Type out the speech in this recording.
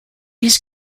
his